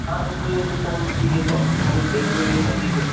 ꯑꯥ ꯑꯩꯗꯨ ꯑꯩꯗꯨ ꯄꯥꯎꯗꯨ ꯄꯤꯒꯦꯀꯣ ꯑꯗꯨ ꯗꯦꯠꯇꯨ ꯑꯩ ꯍꯥꯏꯕꯤꯒꯦ